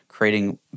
creating